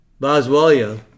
boswellia